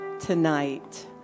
tonight